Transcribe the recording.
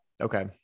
Okay